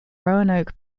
roanoke